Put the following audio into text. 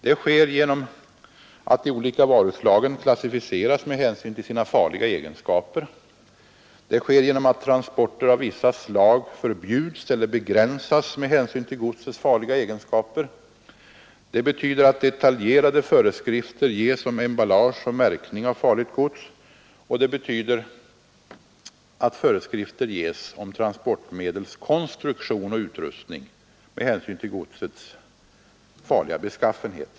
Detta sker genom att de olika varuslagen klassificeras med hänsyn till sina farliga egenskaper, att transporter av vissa slag förbjuds eller begränsas med hänsyn till godsets farliga egenskaper, att detaljerade föreskrifter ges om emballage och märkning av farligt gods och att föreskrifter ges om transportmedels konstruktion och utrustning med hänsyn till godsets farliga beskaffenhet.